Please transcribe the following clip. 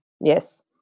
Yes